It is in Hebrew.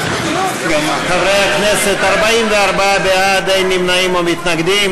חברי הכנסת, 44 בעד, אין נמנעים ואין מתנגדים.